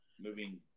moving